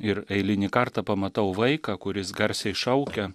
ir eilinį kartą pamatau vaiką kuris garsiai šaukia